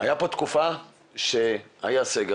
הייתה פה תקופה שהיה סגר,